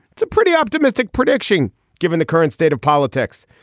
it's a pretty optimistic prediction given the current state of politics.